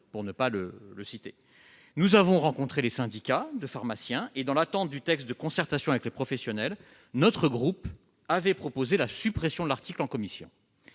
comme Amazon. Nous avons rencontré les syndicats de pharmaciens et, dans l'attente du texte de concertation avec les professionnels, notre groupe a proposé la suppression de l'article en commission.